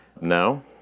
No